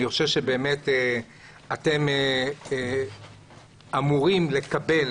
אני חושב שאתם אמורים לקבל